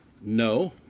No